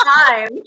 time